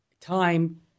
time